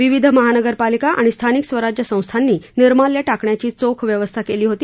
विविध महापालिका आणि स्थानिक स्वराज्य संस्थांनी निर्माल्य टाकण्याची चोख व्यवस्था केली होती